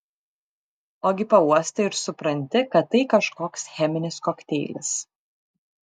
ogi pauostai ir supranti kad tai kažkoks cheminis kokteilis